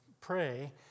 pray